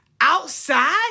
outside